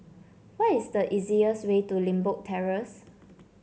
what is the easiest way to Limbok Terrace